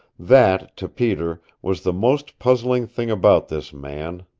that, to peter, was the most puzzling thing about this man.